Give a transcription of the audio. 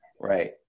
Right